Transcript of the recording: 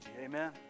Amen